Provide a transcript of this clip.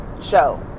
show